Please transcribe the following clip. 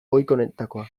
ohikoenetakoa